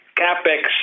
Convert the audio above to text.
capex